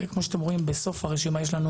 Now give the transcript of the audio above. וכמו שאתם רואים בסוף הרשימה יש לנו